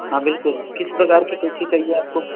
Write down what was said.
हाँ बिल्कुल किस प्रकार की कैंची चाहिए आपको